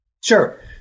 Sure